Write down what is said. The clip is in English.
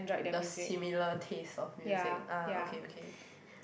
the similar taste of music ah okay okay